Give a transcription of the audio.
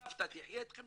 הסבתא תחיה אתכם,